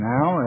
Now